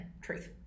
truth